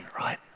right